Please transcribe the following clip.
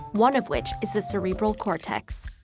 one of which is the cerebral cortex.